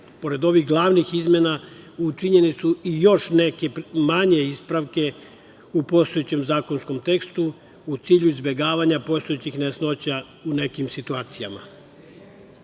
ovih glavnih izmena, učinjene su još neke manje ispravke u postojećem zakonskom tekstu u cilju izbegavanja postojećih nejasnoća u nekim situacijama. Drugi